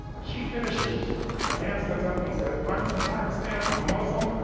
she finishes and a man stands up and he says, i'm from pakistan, i'm a muslim.